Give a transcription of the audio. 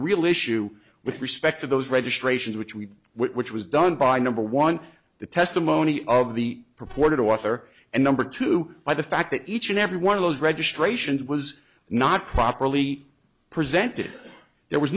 real issue with respect to those registration which we which was done by number one the testimony of the purported author and number two by the fact that each and every one of those registrations was not properly presented there was